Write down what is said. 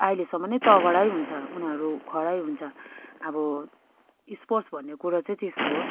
अहिलेसम्म नै तगडा नै हुन्छ उनीहरू खडै हुन्छ अब स्पोर्ट्स भन्ने कुरो चाहिँ त्यस्तो हो